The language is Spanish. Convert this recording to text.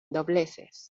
dobleces